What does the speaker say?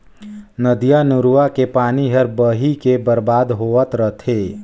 नदिया नरूवा के पानी हर बही के बरबाद होवत रथे